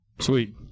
Sweet